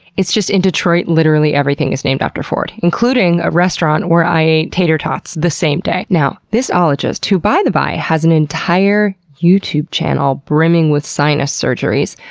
it's just in detroit, literally everything is named after ford, including a restaurant where i ate tater tots the same day. now, this ologist, who by the by, has an entire youtube channel brimming with sinus surgeries,